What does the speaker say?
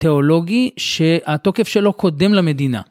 תיאולוגי שהתוקף שלו קודם למדינה.